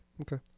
Okay